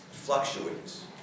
fluctuates